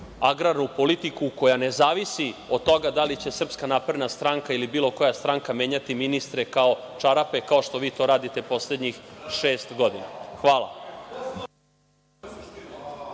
agrarnu politiku koja ne zavisi od toga da li će SNS ili bilo koja stranka menjati ministre kao čarape, kao što vi to radite poslednjih šest godina? Hvala.